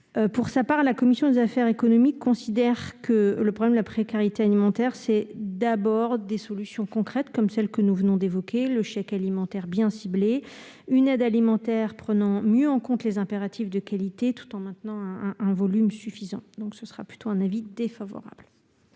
Pour sa part, la commission des affaires économiques considère que le problème de la précarité alimentaire nécessite d'abord des solutions concrètes, comme celles que nous venons d'évoquer : un chèque alimentaire bien ciblé ; une aide alimentaire prenant mieux en compte les impératifs de qualité, tout en maintenant un volume suffisant. L'avis est donc plutôt défavorable.